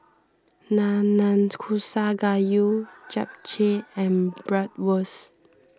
Nanakusa Gayu Japchae and Bratwurst